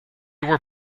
were